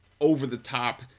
over-the-top